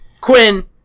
Quinn